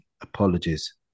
Apologies